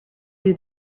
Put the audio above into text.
you